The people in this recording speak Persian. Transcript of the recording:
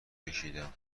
کشیدم